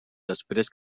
després